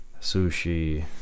Sushi